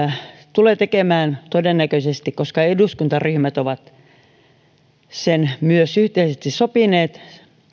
tulee tekemään todennäköisesti koska eduskuntaryhmät ovat sen myös yhteisesti sopineet